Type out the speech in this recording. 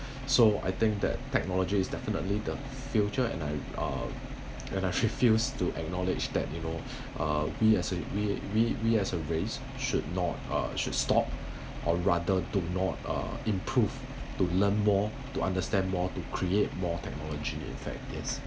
so I think that technology is definitely the future and I uh and I refused to acknowledge that you know uh we as we we we as a race should not uh should stop or rather do not uh improve to learn more to understand more to create more technology in fact is